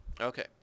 okay